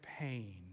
pain